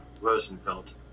Rosenfeld